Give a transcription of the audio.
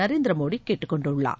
நரேந்திரமோடிகேட்டுக் கொண்டுள்ளார்